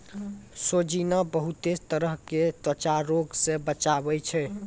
सोजीना बहुते तरह के त्वचा रोग से बचावै छै